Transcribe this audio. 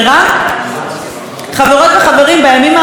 בימים האחרונים אנחנו רואים שני שרים,